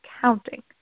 counting